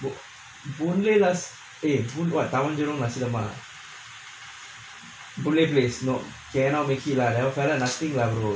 boon lay eh what taman jurong nasi lemak boon lay place no cannot make it lah that fellow nothing lah brother